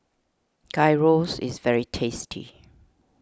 Gyros is very tasty